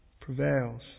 prevails